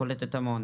פולטת המון.